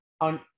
on